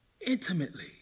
intimately